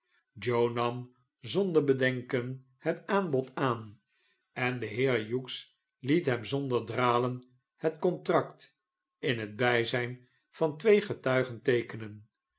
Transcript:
nam zonder bedenken het aanbod aan en de heer hughes liet hem zonder dralen het contract in het bijzijn van twee getuigen teekenen